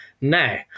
Now